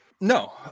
No